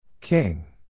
King